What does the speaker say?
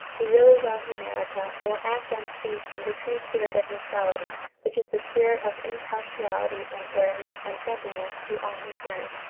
who really loves america will act and speak in the true spirit of neutrality which is the spirit of impartiality and fairness and friendliness to all concerned.